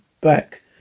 back